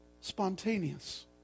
spontaneous